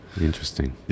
Interesting